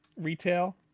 retail